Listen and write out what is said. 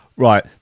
Right